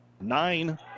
Nine